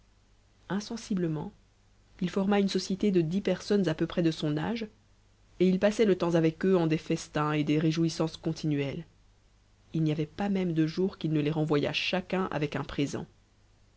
insensiblement il forma une société de dix personnes à peu près de son âge et il passait le temps avec eux en des festins et des réjouissances continuels il n'y avait même de jour qu'il ne les renvoyât chacun avec un présent